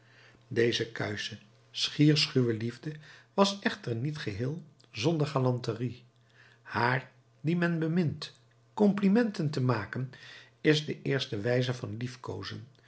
deze kuische schier schuwe liefde was echter niet geheel zonder galanterie haar die men bemint complimenten te maken is de eerste wijze van liefkoozen